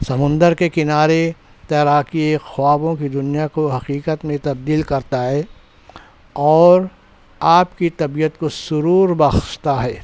سمندر کے کنارے تیراکی ایک خوابوں کی دنیا کو حقیقت میں تبدیل کرتا ہے اور آپ کی طبیعت کو سرور بخشتا ہے